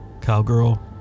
Cowgirl